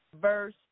Verse